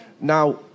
Now